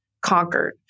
conquered